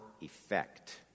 effect